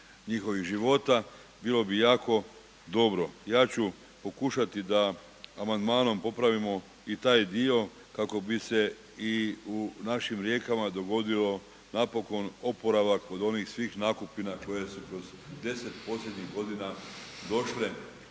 njihovih života, bilo bi jako dobro. Ja ću pokušati da amandmanom popravimo i taj dio kako bi se i našim rijekama dogodio napokon oporavak od onih svih nakupina koje su se 10 posljednjih godina došle